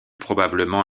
probablement